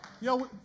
Yo